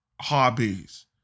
hobbies